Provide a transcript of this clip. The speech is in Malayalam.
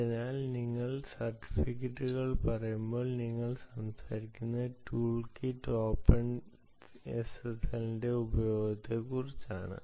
അതിനാൽ നിങ്ങൾ സർട്ടിഫിക്കറ്റുകൾ പറയുമ്പോൾ നിങ്ങൾ സംസാരിക്കുന്നത് ടൂൾകിറ്റ് ഓപ്പൺഎസ്എസ്എല്ലിന്റെ ഉപയോഗത്തെക്കുറിച്ചാണ്